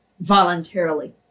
voluntarily